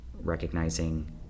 recognizing